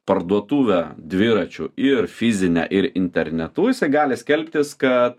parduotuvę dviračių ir fizinę ir internetu jisai gali skelbtis kad